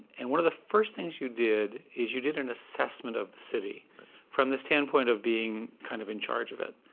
and one of the first things you did is you did an assessment of the city from the standpoint of being kind of in charge of it.